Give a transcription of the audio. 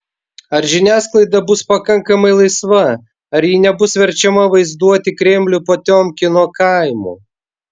ar žiniasklaida bus pakankamai laisva ar ji nebus verčiama vaizduoti kremlių potiomkino kaimu